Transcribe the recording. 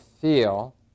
feel